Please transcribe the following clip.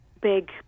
big